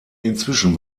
inzwischen